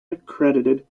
accredited